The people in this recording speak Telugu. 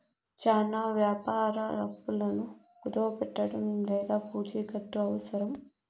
చానా వ్యాపార అప్పులను కుదవపెట్టడం లేదా పూచికత్తు అవసరం